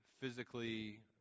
physically